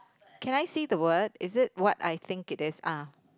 can I see the word is it what I think it is ah